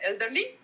elderly